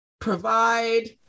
provide